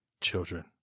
Children